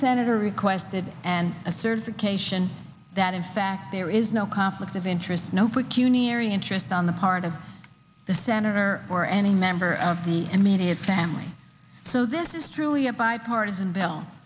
senator requested and a certification that in fact there is no conflict of interest no for cuny area interest on the part of the senator or any member of the immediate family so this is truly a bipartisan bill